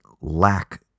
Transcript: lack